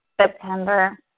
September